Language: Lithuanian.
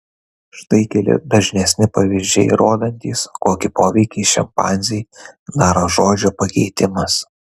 štai keli dažnesni pavyzdžiai rodantys kokį poveikį šimpanzei daro žodžio pakeitimas